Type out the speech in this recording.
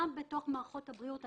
גם בתוך מערכות הבריאות עצמן: